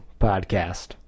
podcast